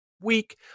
week